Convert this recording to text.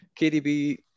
KDB